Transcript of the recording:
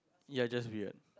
you're just weird